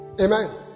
Amen